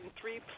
three